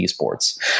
esports